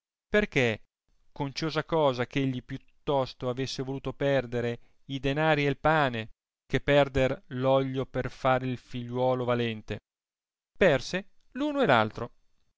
perchè conciosia cosa ch'egli più tosto avesse voluto perdere i danari e il pane che perder voglio per far il figliuolo valente per se uno e l altro